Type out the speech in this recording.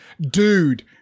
Dude